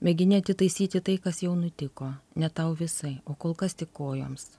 mėginti atitaisyti tai kas jau nutiko ne tau visai o kol kas tik kojoms